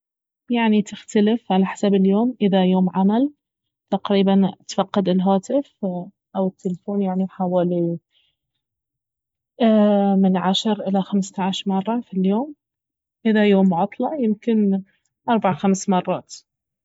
يعني تختلف على حسب اليوم اذا يوم عمل تقريبا اتفقد الهاتف او التفون يعني حوالي من عشر الى خمسة عشر مرة في اليوم اذا يوم عطلة يمكن اربع خمس مرات